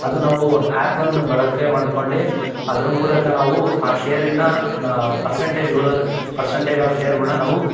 ಅದು ನಾವು ಆ್ಯಪನ್ನು ಬಳಕೆ ಮಾಡ್ಕೊಂಡು ಅದ್ರ ಮೂಲಕ ನಾವು ಆ ಶೇರಿನ ಪರ್ಸೆಂಟೆಜ್ಗಳ ಪರ್ಸೆಂಟೆಜ್ ಆಫ್ ಶೇರ್ಗಳ್ನ ನಾವು